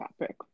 topic